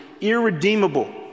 irredeemable